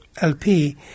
LP